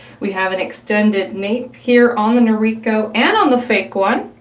we have an extended nape here on the noriko and on the fake one,